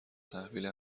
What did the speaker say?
تحویل